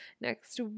next